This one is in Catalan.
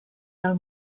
del